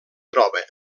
troba